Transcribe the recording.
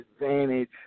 advantage